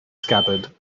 scabbard